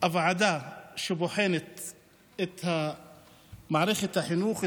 מהוועדה שבוחנת את מערכת החינוך,